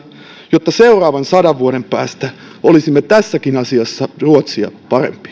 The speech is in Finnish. jotta seuraavan sadan vuoden päästä olisimme tässäkin asiassa ruotsia